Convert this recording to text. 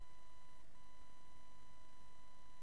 לה להמשיך לפעול, כי